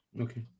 okay